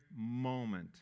moment